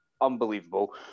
unbelievable